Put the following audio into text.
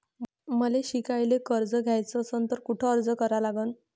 मले शिकायले कर्ज घ्याच असन तर कुठ अर्ज करा लागन?